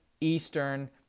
Eastern